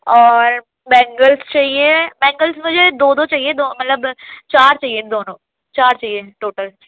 اور بینگلس چاہیے بینگلس مجھے دو دو چاہیے دو مطلب چار چاہیے دونوں چار چاہیے ٹوٹل